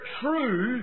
true